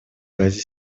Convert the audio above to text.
газе